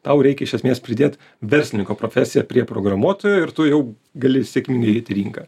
tau reikia iš esmės pridėt verslininko profesiją prie programuotojo ir tu jau gali sėkmingai eit į rinką